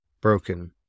Broken